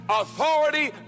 authority